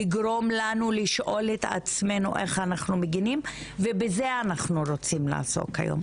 לגרום לנו לשאול את עצמנו איך אנחנו מגנים ובזה אנחנו רוצים לעסוק היום.